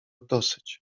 dosyć